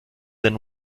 than